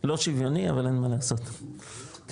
לא שוויוני, אבל אין מה לעשות, כן.